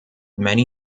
many